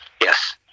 Yes